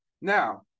now